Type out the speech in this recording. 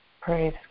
Praise